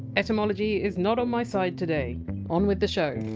etymology is not on my side today on with the show